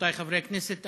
רבותי חברי הכנסת,